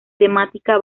temática